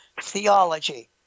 theology